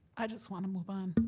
i just want to move on,